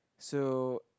so